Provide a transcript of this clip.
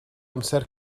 amser